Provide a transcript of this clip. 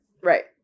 Right